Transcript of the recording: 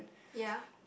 ya